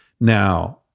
now